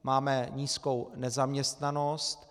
Máme nízkou nezaměstnanost.